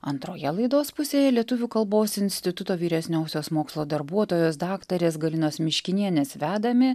antroje laidos pusėje lietuvių kalbos instituto vyresniosios mokslo darbuotojos daktarės galinos miškinienės vedami